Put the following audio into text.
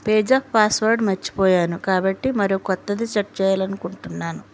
PayZapp password మర్చిపోయాను కాబట్టి మరో కొత్తది సెట్ చేయాలనుకుంటున్నాను